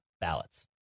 ballots